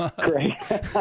Great